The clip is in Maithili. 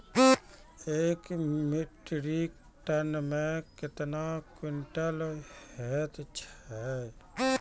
एक मीट्रिक टन मे कतवा क्वींटल हैत छै?